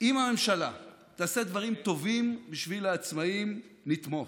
אם הממשלה תעשה דברים טובים בשביל העצמאים, נתמוך,